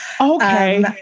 Okay